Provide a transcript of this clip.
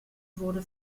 wurde